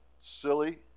silly